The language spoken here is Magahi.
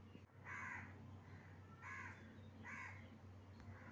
भिन्डी पुक आर दावा करार बात गाज खान लाल होए?